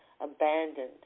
abandoned